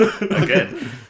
Again